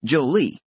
Jolie